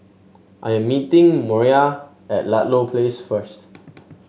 I am meeting Moriah at Ludlow Place first